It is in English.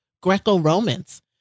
Greco-Romans